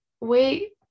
wait